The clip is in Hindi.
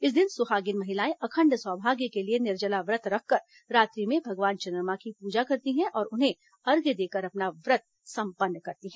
इस दिन सुहागिन महिलाएं अखंड सौभाग्य के लिए निर्जला व्रत रखकर रात्रि में भगवान चन्द्रमा की पूजा करती हैं और उन्हें अर्ध्य देकर अपना व्रत संपन्न करती हैं